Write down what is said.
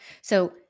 So-